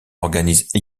organise